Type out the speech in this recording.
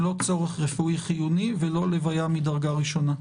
לא צורך רפואי חיוני ולא הלוויה של קרוב מדרגה ראשונה,